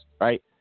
right